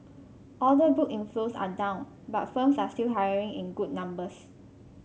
order book inflows are down but firms are still hiring in good numbers